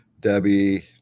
debbie